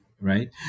right